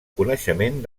coneixement